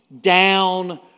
down